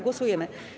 Głosujemy.